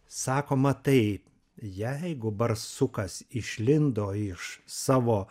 sakoma taip jeigu barsukas išlindo iš savo